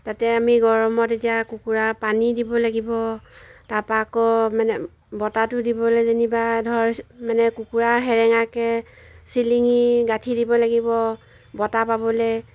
তাতে আমি গৰমত এতিয়া কুকুৰা পানী দিব লাগিব তাৰপা আকৌ মানে বতাহটো দিবলৈ যেনিবা ধৰ মানে কুকুৰা সেৰেঙাকৈ চিলিঙি গাঠি দিব লাগিব বতাহ পাবলৈ